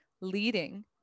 leading